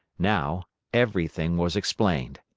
now everything was explained.